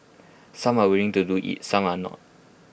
some are willing to do IT some are not